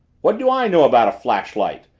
what do i know about a flashlight?